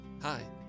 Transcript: Hi